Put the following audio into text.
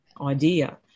idea